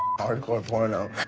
hard core porno.